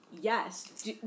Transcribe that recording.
yes